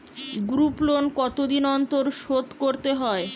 Group loan কতদিন অন্তর শোধকরতে হয়?